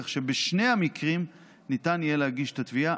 כך שבשני המקרים ניתן יהיה להגיש את התביעה